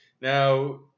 Now